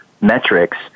metrics